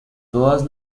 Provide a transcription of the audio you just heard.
todas